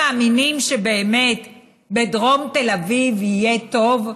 אתם מאמינים שבאמת בדרום תל אביב יהיה טוב?